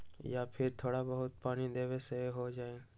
या फिर थोड़ा बहुत पानी देबे से हो जाइ?